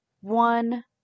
one